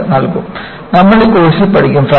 അത് നൽകും നമ്മൾ ഈ കോഴ്സിൽ പഠിക്കും